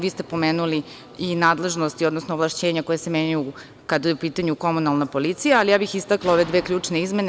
Vi ste pomenuli i nadležnosti, odnosno ovlašćenja koja se menjaju kada je i u pitanju komunalna policija, ali ja bih istakla ove dve ključne izmene.